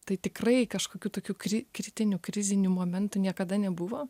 tai tikrai kažkokių tokių kri kritiniu kriziniu momentu niekada nebuvo